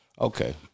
Okay